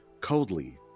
coldly